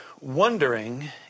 Wondering